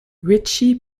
ritchie